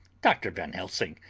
dr. van helsing,